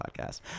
podcast